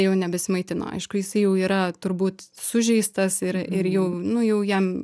jau nebesimaitino aišku jisai jau yra turbūt sužeistas ir ir jau nu jau jam